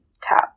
tap